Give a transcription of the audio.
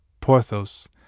Porthos